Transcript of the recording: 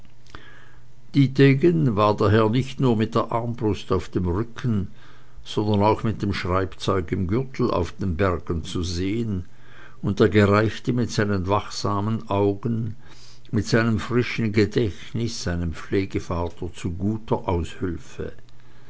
dietegen war daher nicht nur mit der armbrust auf dem rücken sondern auch mit dem schreibzeug im gürtel auf den bergen zu sehen und er gereichte mit seinen wachsamen augen mit seinem frischen gedächtnis seinem pflegevater zu guter aushilfe